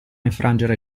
infrangere